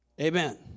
Amen